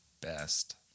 best